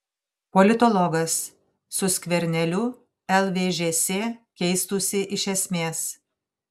politologas su skverneliu lvžs keistųsi iš esmės